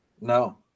No